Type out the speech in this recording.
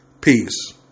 Peace